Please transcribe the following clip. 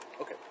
Okay